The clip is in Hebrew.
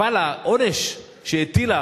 אבל העונש שהטילה